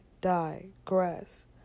digress